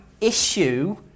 issue